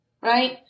right